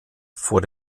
vor